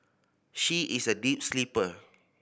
she is a deep sleeper